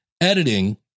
editing